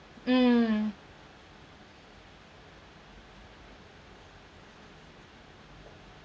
mm